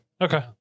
okay